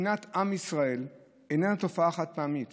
שנאת עם ישראל איננה תופעה חד-פעמית